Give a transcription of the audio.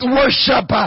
worship